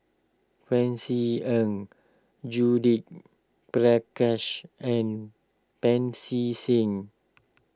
Francis Ng Judith Prakash and Pancy Seng